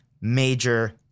major